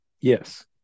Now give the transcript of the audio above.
Yes